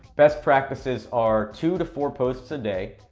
best practices are two to four posts a day,